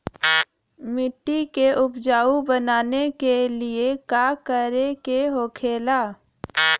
मिट्टी के उपजाऊ बनाने के लिए का करके होखेला?